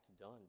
done